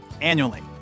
annually